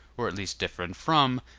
or at least different from,